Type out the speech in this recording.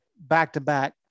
back-to-back